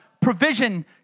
provision